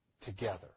together